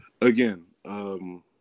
Again